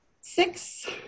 six